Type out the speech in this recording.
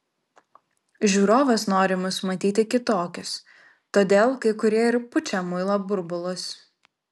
žiūrovas nori mus matyti kitokius todėl kai kurie ir pučia muilo burbulus